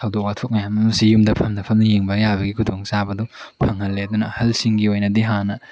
ꯊꯧꯗꯣꯛ ꯋꯥꯊꯣꯛ ꯃꯌꯥꯝ ꯑꯃꯁꯨ ꯌꯨꯝꯗ ꯐꯝꯅ ꯐꯝꯅ ꯌꯦꯡꯕ ꯌꯥꯕꯒꯤ ꯈꯨꯗꯣꯡꯆꯥꯕꯗꯨ ꯐꯪꯍꯜꯂꯦ ꯑꯗꯨꯅ ꯑꯍꯜꯁꯤꯡꯒꯤ ꯑꯣꯏꯅꯗꯤ ꯍꯥꯟꯅ